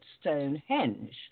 Stonehenge